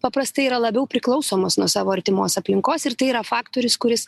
paprastai yra labiau priklausomos nuo savo artimos aplinkos ir tai yra faktorius kuris